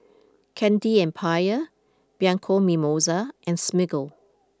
Candy Empire Bianco Mimosa and Smiggle